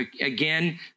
again